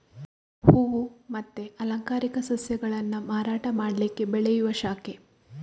ಹೂವು ಮತ್ತೆ ಅಲಂಕಾರಿಕ ಸಸ್ಯಗಳನ್ನ ಮಾರಾಟ ಮಾಡ್ಲಿಕ್ಕೆ ಬೆಳೆಯುವ ಶಾಖೆ